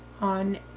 on